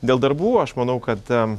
dėl darbų aš manau kad